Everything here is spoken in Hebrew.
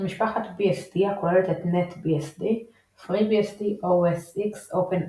משפחת BSD הכוללת את OS X ,FreeBSD ,NetBSD ,OpenBSD.